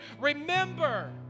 Remember